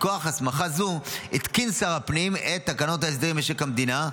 מכוח הסמכה זו התקין שר הפנים את תקנות הסדרים במשק המדינה,